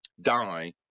die